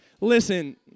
Listen